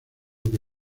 que